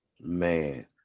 man